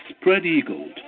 spread-eagled